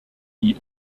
die